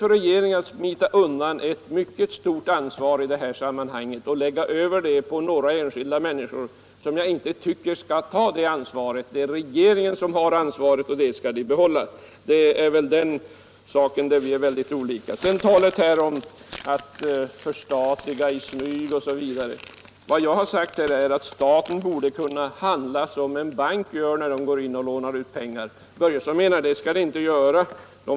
Regeringen smiter undan ett mycket stort ansvar på den här punkten och lägger över det på några enskilda människor, som jag inte tycker skall ta det ansvaret. Det är regeringen som har ansvaret, och det skall den behålla. Det är den saken vi har olika uppfattning om. Apropå talet om att förstatliga i smyg har jag sagt att staten borde kunna handla likadant som en bank när den lånar ut pengar. Fritz Börjesson menar att staten inte skall göra det.